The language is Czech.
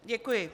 Děkuji.